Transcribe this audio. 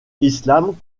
island